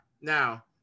Now